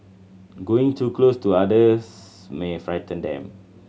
going too close to others may frighten them